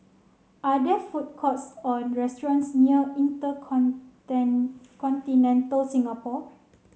are there food courts or restaurants near Inter Continental Singapore